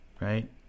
right